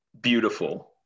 beautiful